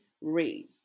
raise